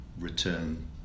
Return